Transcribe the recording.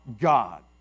God